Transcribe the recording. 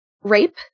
rape